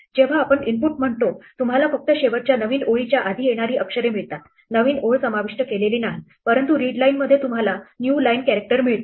जेव्हा आपण इनपुट म्हणतो तुम्हाला फक्त शेवटच्या नवीन ओळीच्या आधी येणारी अक्षरे मिळतात नवीन ओळ समाविष्ट केलेली नाही परंतु रीडलाईनमध्ये तुम्हाला न्यू लाईन कॅरेक्टर मिळते